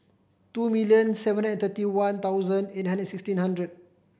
two million seven and thirty one thousand eight hundred sixteen hundred